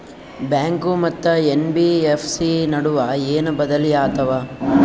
Bank ಮತ್ತ NBFC ನಡುವ ಏನ ಬದಲಿ ಆತವ?